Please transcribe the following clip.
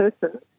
person